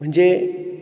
म्हणजे